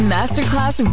Masterclass